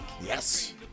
yes